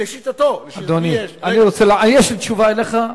לשיטתו, אדוני, יש לי תשובה לך,